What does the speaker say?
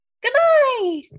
Goodbye